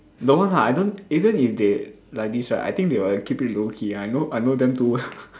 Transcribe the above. don't want lah I don't even if they like this right I think they will keep it low-key ah I know I know them too well